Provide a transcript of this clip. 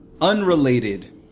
unrelated